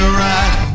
right